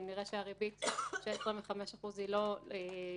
אם נראה שהריבית של 25% לא מספיקה,